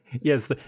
yes